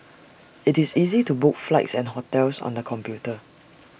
it's easy to book flights and hotels on the computer